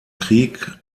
krieg